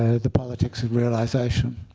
ah the politics of realization.